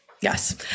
Yes